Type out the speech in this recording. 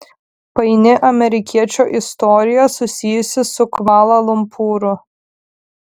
paini amerikiečio istorija susijusi su kvala lumpūru